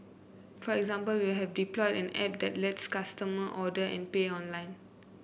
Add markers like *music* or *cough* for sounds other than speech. for example we have *unintelligible* an